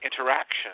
interaction